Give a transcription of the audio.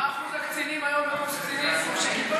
מה אחוז הקצינים היום בקורס קצינים חובשי כיפה